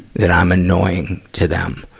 that i'm annoying to them.